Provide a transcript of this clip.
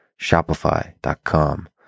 shopify.com